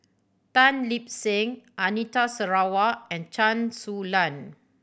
Tan Lip Seng Anita Sarawak and Chen Su Lan